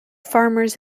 farmers